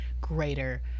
greater